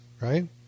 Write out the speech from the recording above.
right